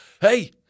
Hey